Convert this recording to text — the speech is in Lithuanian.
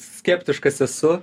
skeptiškas esu